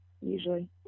usually